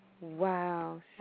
Wow